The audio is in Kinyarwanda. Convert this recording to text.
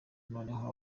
noneho